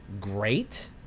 great